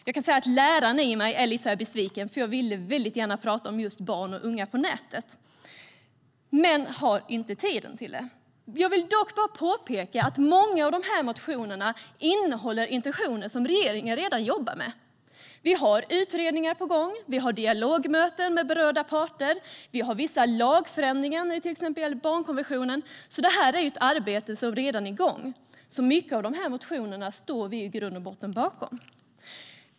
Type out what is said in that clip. Jag kan säga att läraren i mig är lite besviken, för jag ville gärna prata om just barn och unga på nätet men har inte tid att göra det. Jag vill dock påpeka att många av de här motionerna innehåller intentioner som regeringen redan jobbar med. Vi har utredningar på gång. Vi har dialogmöten med berörda parter. Vi har vissa lagförändringar, till exempel när det gäller barnkonventionen. Det är ett arbete som redan är igång. Mycket av motionerna står vi i grund och botten bakom.